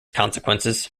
consequences